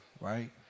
right